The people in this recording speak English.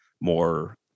more